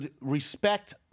respect